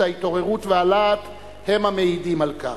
ההתעוררות והלהט הם המעידים על כך.